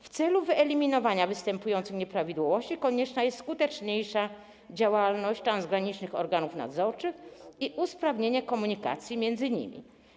W celu wyeliminowania występujących nieprawidłowości konieczna jest skuteczniejsza działalność transgranicznych organów nadzorczych i usprawnienie komunikacji między nimi.